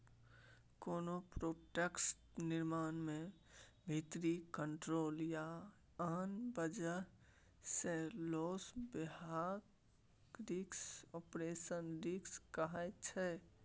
कोनो प्रोडक्ट निर्माण मे भीतरी कंट्रोल या आन बजह सँ लौस हेबाक रिस्क आपरेशनल रिस्क कहाइ छै